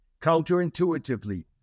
Counterintuitively